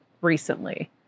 recently